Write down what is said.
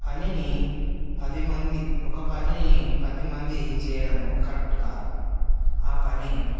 పనిని పది మంది ఒక పనిని పది మంది చేయడము కరెక్ట్ కాదు ఆ పని